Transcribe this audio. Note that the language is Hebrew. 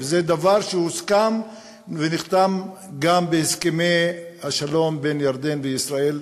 זה דבר שהוסכם ונחתם גם בהסכמי השלום בין ירדן וישראל,